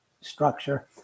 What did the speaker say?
structure